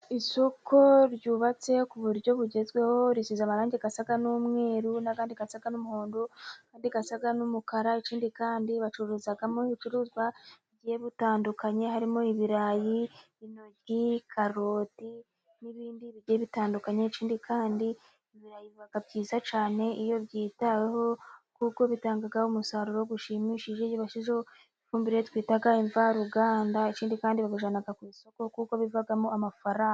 Isoko ryubatse ku buryo bugezweho risize amarangi asa n'umweru, n'ayandi asa n'umuhondo n'ayandi asa n'umukara, ikindi kandi bacuruzamo ibicuruzwa bigiye bitandukanye, harimo ibirayi, intoryi, karoti n'ibindi bigiye bitandukanye. Ikindi kandi ibirayi biba byiza cyane iyo byitaweho, kuko bitanga umusaruro ushimishije iyo babishyizeho ifumbire twita imvaruganda, ikindi kandi bawujyana ku isoko kuko bivamo amafaranga.